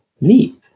neat